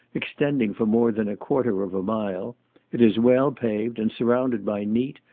extending for more than a quarter of a mile it is well paved, and surrounded by neat,